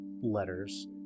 letters